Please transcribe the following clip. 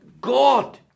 God